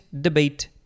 debate